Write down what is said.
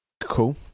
Cool